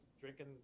drinking